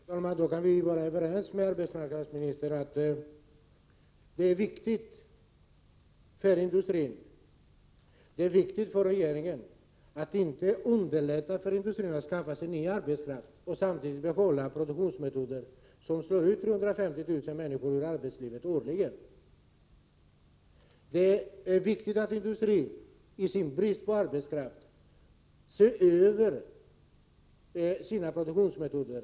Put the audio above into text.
Herr talman! Vi kan således vara överens med arbetsmarknadsministern om att det är viktigt för både industrin och regeringen att man inte gör det lättare för industrin att skaffa sig ny arbetskraft samtidigt som man behåller produktionsmetoder som innebär att 350 000 människor årligen slås ut från arbetslivet. Vidare är det viktigt att industrin med sin brist på arbetskraft ser över sina produktionsmetoder.